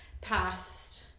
past